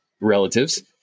relatives